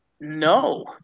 No